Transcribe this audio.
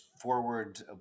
forward